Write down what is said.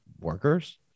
workers